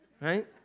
Right